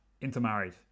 intermarried